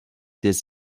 des